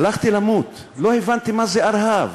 הלכתי למות, לא הבנתי מה זה ארה"ב,